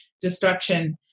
destruction